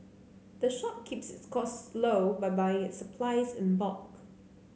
the shop keeps its costs low by buying its supplies in bulk